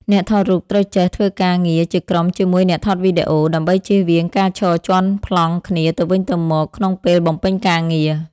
អ្នកថតរូបត្រូវចេះធ្វើការងារជាក្រុមជាមួយអ្នកថតវីដេអូ ដើម្បីចៀសវាងការឈរជាន់ប្លង់គ្នាទៅវិញទៅមកក្នុងពេលបំពេញការងារ។